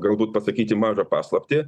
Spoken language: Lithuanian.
galbūt pasakyti mažą paslaptį